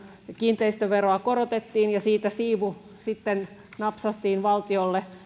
kiinteistöveroa korotettiin ja siitä siivu sitten napsaistiin valtiolle